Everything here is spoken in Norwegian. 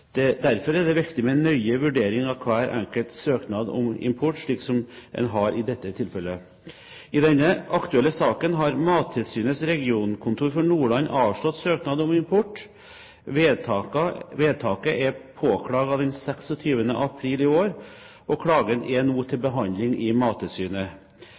Derfor er det viktig med en nøye vurdering av hver enkelt søknad om import, slik som en har i dette tilfellet. I den aktuelle saken har Mattilsynets regionkontor for Nordland avslått søknad om import. Vedtaket ble påklagd 26. april i år, og klagen er nå til behandling i Mattilsynet.